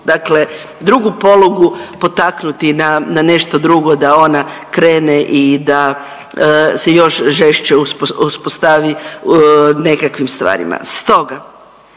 dakle, drugu polugu potaknuti na nešto drugo da ona krene i da se još žešće uspostavi nekakvim stvarima. Stoga,